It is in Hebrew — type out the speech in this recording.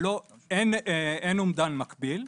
אין אומדן מקביל.